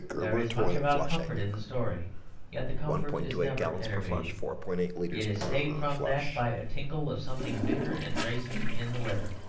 there is much about comfort in the story yet the comfort is never enervating it is saved from that by a tingle of something bitter and bracing in the weather.